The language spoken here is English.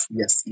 yes